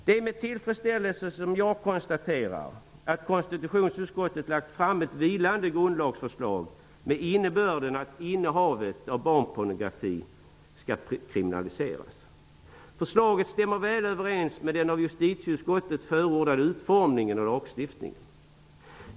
Det är med tillfredsställelse som jag konstaterar att konstitutionsutskottet har lagt fram ett vilande grundlagsförslag med innebörden att innehavet av barnpornografi skall kriminaliseras. Förslaget stämmer väl överens med den av justitieutskottets förordade utformningen av lagstiftningen.